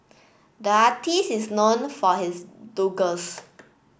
the artist is known for his